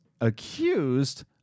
accused